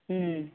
ওম